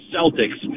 Celtics